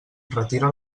retira